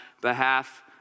behalf